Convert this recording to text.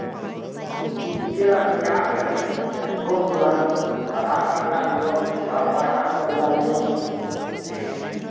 की की लगतै अहाँके प्रूफ लागत आधार कार्ड लए लियौ या पहचान पत्र लए लियौ